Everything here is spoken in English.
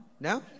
No